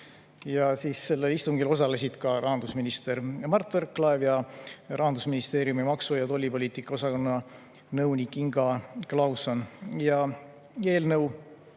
istungil. Sellel istungil osalesid ka rahandusminister Mart Võrklaev ja Rahandusministeeriumi maksu- ja tollipoliitika osakonna nõunik Inga Klauson. Eelnõu